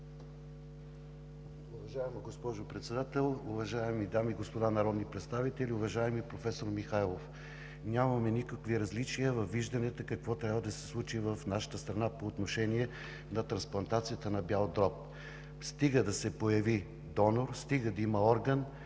Уважаема госпожо Председател, уважаеми дами и господа народни представители! Уважаеми професор Михайлов, нямаме никакви различия във вижданията какво трябва да се случи в нашата страна по отношение на трансплантацията на бял дроб. Стига да се появи донор, стига да има орган,